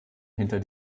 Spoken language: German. hinter